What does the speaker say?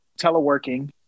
teleworking